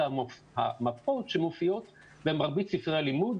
זה המפות שמופיעות במרבית ספרי הלימוד,